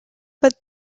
but